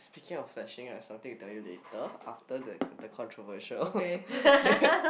speaking of such thing right something to tell you later after the the controversial